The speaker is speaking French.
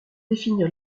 définir